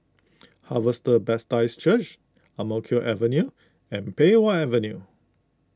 Harvester Baptist Church Ang Mo Kio Avenue and Pei Wah Avenue